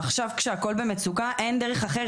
עכשיו כשהכל במצוקה אין דרך אחרת.